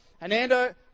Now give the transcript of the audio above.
Hernando